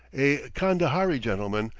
a kandahari gentleman,